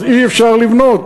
אז אי-אפשר לבנות.